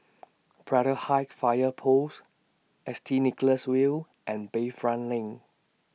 Braddell Heights Fire Post S T Nicholas View and Bayfront LINK